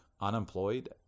unemployed